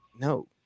no